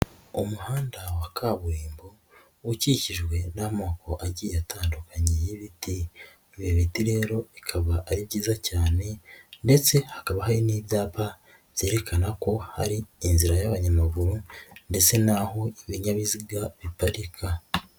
Umuhanda wa kaburimbo ukikijwe n'amoko agiye atandukanye y'ibiti ibi biti rero bikaba ari byiza cyane ndetse hakaba hari n'ibyapa byerekana ko hari inzira y'abanyamaguru ndetse n'aho ibinyabiziga biparika.